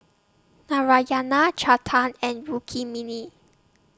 Narayana Chetan and Rukmini